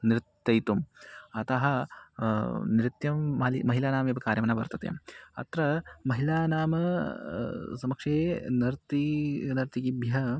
नर्तयितुम् अतः नृत्यं मालि महिलानामेव कार्यं न वर्तते अत्र महिलानां समक्षे नर्ती नर्तकीभ्यः